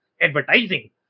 advertising